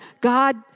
God